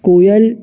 कोयल